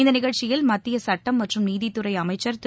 இந்த நிகழ்ச்சியில் மத்திய சுட்டம் மற்றும் நீதித்துறை அமைச்சர் திரு